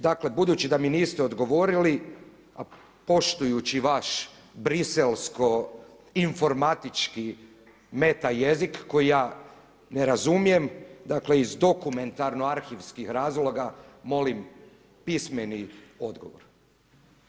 Dakle, budući da mi niste odgovorili, a poštujući vaš Briselsko informatički meta jezik koji ja ne razumijem, dakle iz dokumentarno-arhivskih razloga molim pismeni odgovor.